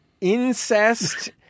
incest